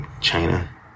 China